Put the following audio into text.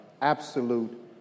absolute